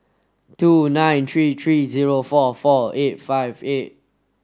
two nine three three zero four four eight five eight